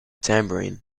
tambourine